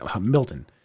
Milton